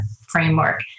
framework